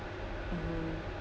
mmhmm